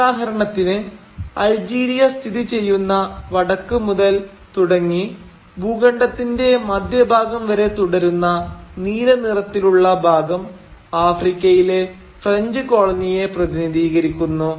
ഉദാഹരണത്തിന് അൾജീരിയ സ്ഥിതി ചെയ്യുന്ന വടക്ക് മുതൽ തുടങ്ങി ഭൂഖണ്ഡത്തിന്റെ മധ്യ ഭാഗം വരെ തുടരുന്ന നീല നിറത്തിലുള്ള ഭാഗം ആഫ്രിക്കയിലെ ഫ്രഞ്ച് കോളനിയെ പ്രതിനിധീകരിക്കുന്നു